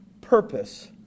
purpose